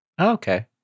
Okay